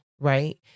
right